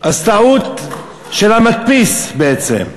אז טעות של המדפיס בעצם.